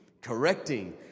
correcting